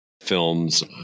films